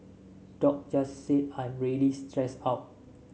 Doc just said I'm really stressed out